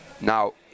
now